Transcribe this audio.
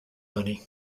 money